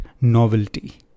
novelty